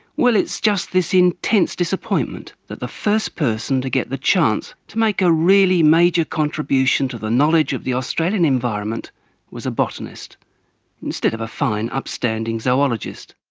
well, it's just this intense disappointment that the first person to get the chance to make a really major contribution to the knowledge of the australian environment was a botanist instead of a fine upstanding zoologist.